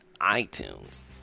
iTunes